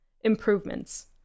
improvements